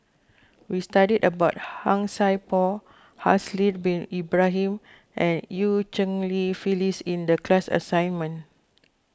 we studied about Han Sai Por Haslir Bin Ibrahim and Eu Cheng Li Phyllis in the class assignment